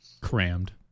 Crammed